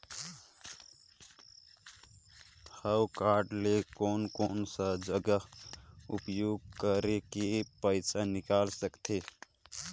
हव कारड ले कोन कोन सा जगह उपयोग करेके पइसा निकाल सकथे?